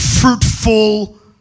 fruitful